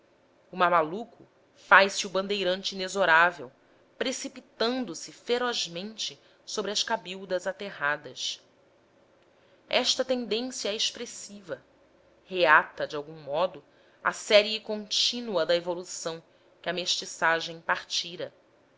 o mamaluco faz-se o bandeirante inexorável precipitando-se ferozmente sobre as cabildas aterradas esta tendência é expressiva reata de algum modo a série contínua da evolução que a mestiçagem partira